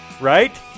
right